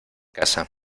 casa